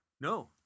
No